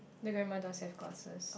the grandma does have glasses